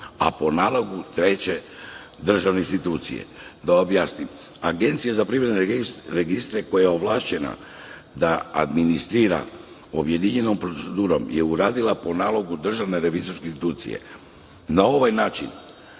a po nalogu treće državne institucije. Da objasnim. Agencija za privredne registre koja je ovlašćena da administrira objedinjenom procedurom je uradila po nalogu DRI. Na ovaj način